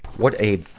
what a,